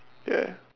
ya